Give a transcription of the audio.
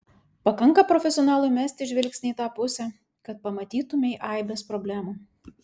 pakanka profesionalui mesti žvilgsnį į tą pusę kad pamatytumei aibes problemų